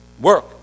work